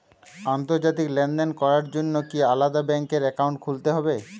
আন্তর্জাতিক লেনদেন করার জন্য কি আলাদা ব্যাংক অ্যাকাউন্ট খুলতে হবে?